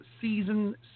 season